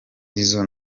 izo